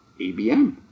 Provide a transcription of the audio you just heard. ABM